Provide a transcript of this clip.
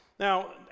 Now